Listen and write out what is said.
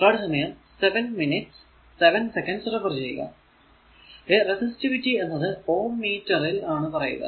ഈ റെസിസ്റ്റിവിറ്റി എന്നത് ohm metre ൽ ആണ് പറയുക